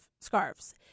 scarves